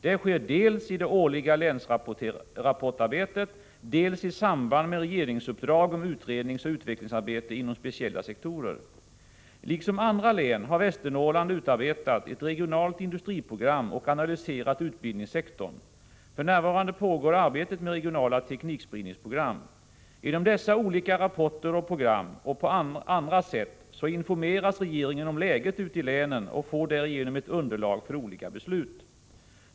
Det sker dels i det årliga länsrapportarbetet, dels i samband med regeringsuppdrag om utredningsoch utvecklingsarbete inom speciella sektorer. Liksom andra län har Västernorrlands län 11 utarbetat ett regionalt industriprogram och analyserat utbildningssektorn. För närvarande pågår arbetet med regionala teknikspridningsprogram. Genom dessa olika rapporter och program och på andra sätt informeras regeringen om läget ute i länen och får därigenom ett underlag för olika beslut.